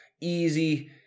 easy